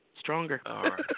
Stronger